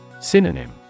Synonym